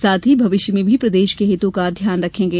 साथ ही भविष्य में भी प्रदेश के हितों का ध्यान रखेंगे